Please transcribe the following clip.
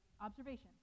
observation